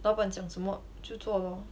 老板讲什么就做 lor